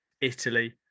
italy